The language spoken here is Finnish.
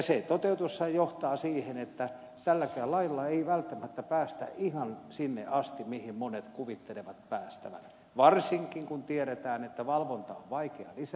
se toteutus johtaa siihen että tälläkään lailla ei välttämättä päästä ihan sinne asti mihin monet kuvittelevat päästävän varsinkin kun tiedetään että valvontaa on vaikea lisätä